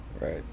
Right